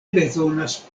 bezonas